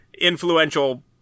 influential